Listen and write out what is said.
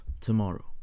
tomorrow